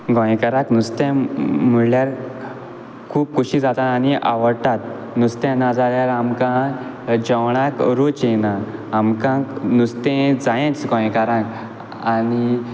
गोंयकारांक नुस्तें म्हणल्यार खूब खोशी जाता आनी आवडटा नुस्तें नाजाल्यार आमकां जेवणाक रूच येयना आमकां नुस्तें जायेंच गोंयकारांक आनी